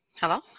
Hello